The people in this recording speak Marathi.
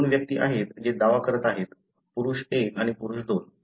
दोन व्यक्ती आहेत जे दावा करत आहेत पुरुष 1 आणि पुरुष 2